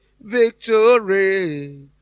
Victory